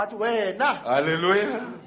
Hallelujah